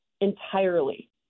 entirely